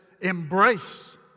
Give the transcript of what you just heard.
embrace